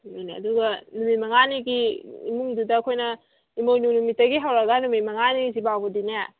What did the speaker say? ꯑꯗꯨꯅꯦ ꯑꯗꯨꯒ ꯅꯨꯃꯤꯠ ꯃꯉꯥꯅꯤꯒꯤ ꯏꯃꯨꯡꯗꯨꯗ ꯑꯩꯈꯣꯏꯅ ꯏꯃꯣꯏꯅꯨ ꯅꯨꯃꯤꯠꯇꯒꯤ ꯍꯧꯔꯒ ꯅꯨꯃꯤꯠ ꯃꯉꯥꯅꯤ ꯁꯤ ꯐꯥꯎꯕꯗꯤꯅꯦ